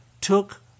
took